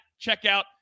checkout